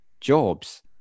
jobs